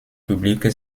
publique